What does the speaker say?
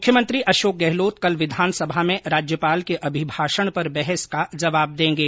मुख्यमंत्री अशोक गहलोत कल विधानसभा में राज्यपाल के अभिमाषण पर बहस का जवाब देंगे